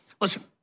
Listen